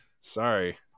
sorry